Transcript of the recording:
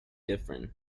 different